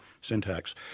syntax